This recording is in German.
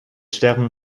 sterben